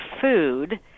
food